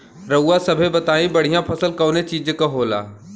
रउआ सभे बताई बढ़ियां फसल कवने चीज़क होखेला?